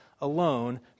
alone